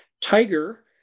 Tiger